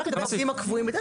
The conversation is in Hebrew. למעסיק.